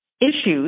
issues